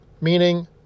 meaning